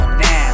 now